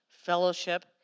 fellowship